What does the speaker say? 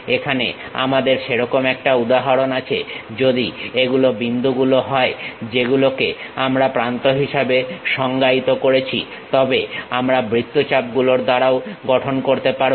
এখানে আমাদের সেরকম একটা উদাহরণ আছে যদি এগুলো বিন্দুগুলো হয় যেগুলোকে আমরা প্রান্ত হিসাবে সংজ্ঞায়িত করেছি তবে আমরা বৃত্তচাপ গুলোর দ্বারাও গঠন করতে পারবো